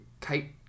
Kite